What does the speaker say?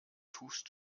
tust